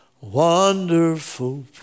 wonderful